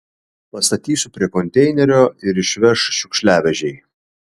pastatysiu prie konteinerio ir išveš šiukšliavežiai